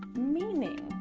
meaning.